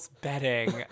bedding